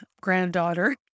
granddaughter